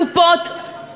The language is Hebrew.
הקופות,